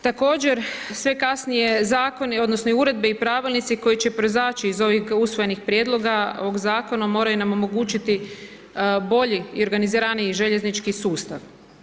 Također sve kasnije zakone odnosno i uredbe i pravilnici koji će proizaći iz ovih usvojenih prijedloga zakonom moraju nam omogućiti bolji i organiziraniji željeznički sustav.